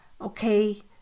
okay